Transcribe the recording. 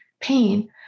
pain